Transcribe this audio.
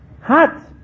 hot